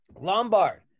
Lombard